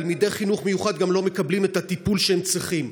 תלמידי חינוך מיוחד גם לא מקבלים את הטיפול שהם צריכים.